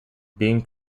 being